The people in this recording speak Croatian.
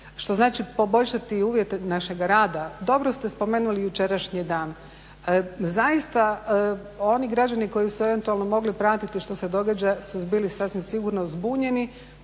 Što znači poboljšati uvjete našega rada. Dobro ste spomenuli jučerašnji dan. Zaista oni građani koji su eventualno mogli pratiti što se događa su bili sasvim sigurno zbunjeni